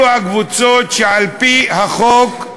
אלו הקבוצות שעל-פי החוק,